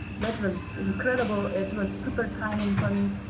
that was incredible. it was super timing for me.